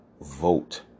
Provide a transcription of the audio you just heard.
vote